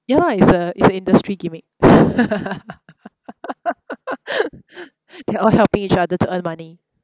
ya lah it's a it's a industry gimmick they all helping each other to earn money